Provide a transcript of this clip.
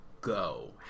go